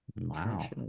Wow